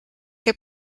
che